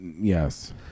Yes